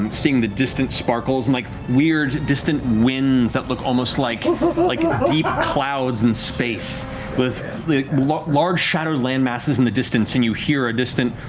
um seeing the distant sparkles and like weird, distant winds that look almost like like deep clouds in space with like large shadowed land masses in the distance, and you hear a distant.